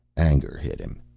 anger hit him.